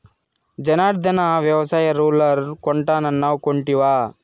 జనార్ధన, వ్యవసాయ రూలర్ కొంటానన్నావ్ కొంటివా